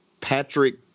Patrick